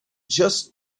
just